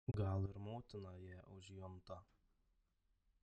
gal ir motina ją užjunta